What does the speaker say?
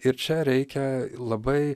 ir čia reikia labai